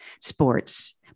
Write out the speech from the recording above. sports